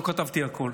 לא כתבתי הכול: